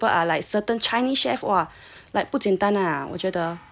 some people are like certain Chinese chef !wah!